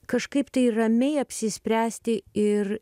kažkaip tai ramiai apsispręsti ir